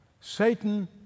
Satan